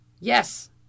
yes